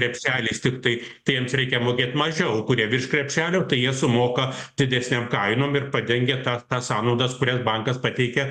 krepšeliais tiktai tai jiems reikia mokėt mažiau kurie virš krepšelio tai jie sumoka didesnėm kainom ir padengia tą tas sąnaudas kurias bankas pateikia